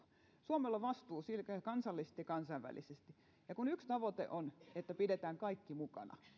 suomella on vastuu kansallisesti ja kansainvälisesti ja kun yksi tavoite on että pidetään kaikki mukana